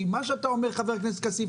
כי מה שאתה אומר חבר הכנסת כסיף,